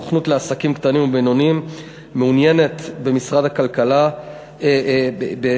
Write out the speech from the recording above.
הסוכנות לעסקים קטנים ובינוניים במשרד הכלכלה מעוניינת